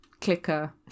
clicker